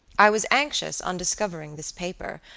i was anxious on discovering this paper,